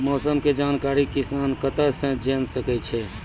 मौसम के जानकारी किसान कता सं जेन सके छै?